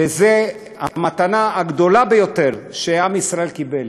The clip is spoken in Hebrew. וזו המתנה הגדולה ביותר שעם ישראל קיבל,